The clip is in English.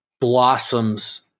blossoms